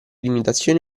limitazioni